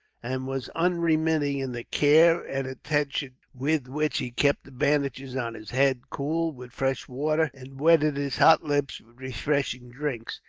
and was unremitting in the care and attention with which he kept the bandages on his head cool with fresh water, and wetted his hot lips with refreshing drinks.